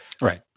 Right